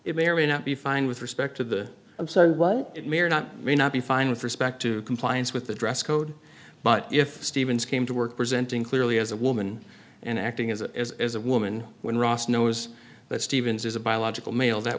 it may or may not be fine with respect to the so what it may or not may not be fine with respect to compliance with the dress code but if stevens came to work presenting clearly as a woman and acting as it is as a woman when ross knows that stevens is a biological male that